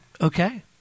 Okay